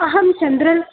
अहं चन्द्रन्